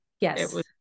yes